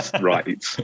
Right